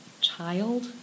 child